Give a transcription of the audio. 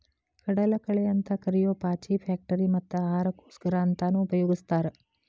ಕಡಲಕಳೆ ಅಂತ ಕರಿಯೋ ಪಾಚಿ ಫ್ಯಾಕ್ಟರಿ ಮತ್ತ ಆಹಾರಕ್ಕೋಸ್ಕರ ಅಂತಾನೂ ಉಪಯೊಗಸ್ತಾರ